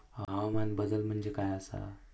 हवामान बदल म्हणजे काय आसा?